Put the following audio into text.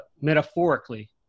metaphorically